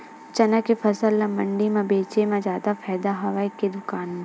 चना के फसल ल मंडी म बेचे म जादा फ़ायदा हवय के दुकान म?